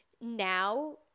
now